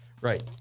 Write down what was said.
Right